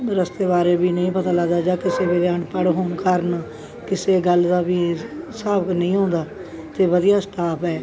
ਰਸਤੇ ਬਾਰੇ ਵੀ ਨਹੀਂ ਪਤਾ ਲੱਗਦਾ ਜਾਂ ਕਿਸੇ ਦੇ ਵੀ ਅਨਪੜ੍ਹ ਹੋਣ ਕਾਰਨ ਕਿਸੇ ਗੱਲ ਦਾ ਵੀ ਹਿਸਾਬ ਨਹੀਂ ਆਉਂਦਾ ਅਤੇ ਵਧੀਆ ਸਟਾਫ਼ ਹੈ